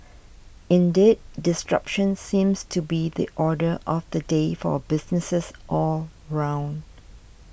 indeed disruption seems to be the order of the day for businesses all round